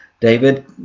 David